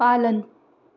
पालन